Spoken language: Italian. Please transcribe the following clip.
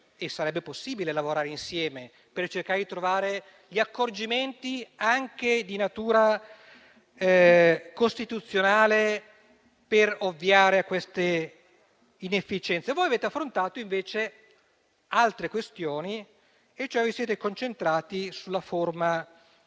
e sarebbe possibile lavorare insieme per cercare di trovare gli accorgimenti, anche di natura costituzionale, per ovviare a queste inefficienze. Voi avete affrontato invece altre questioni e vi siete concentrati sulla forma di